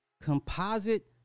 composite